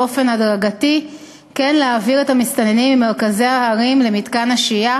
באופן הדרגתי כן להעביר את המסתננים ממרכזי הערים למתקן השהייה,